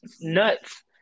nuts